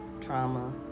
trauma